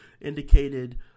indicated